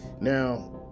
Now